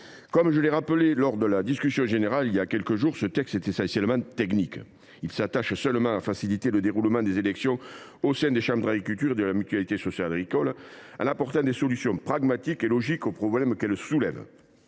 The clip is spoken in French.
Comme je l’ai rappelé lors de la discussion générale voilà quelques jours, ce texte est essentiellement technique. Il s’attache seulement à faciliter le déroulement des élections au sein des chambres d’agriculture et de la Mutualité sociale agricole, en apportant des solutions pragmatiques et logiques aux problèmes qu’elles soulèvent.